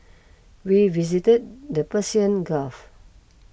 we visited the Persian Gulf